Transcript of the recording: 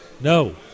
No